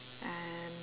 and